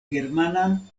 germanan